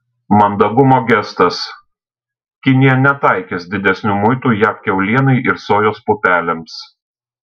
mandagumo gestas kinija netaikys didesnių muitų jav kiaulienai ir sojos pupelėms